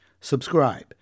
subscribe